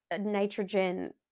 nitrogen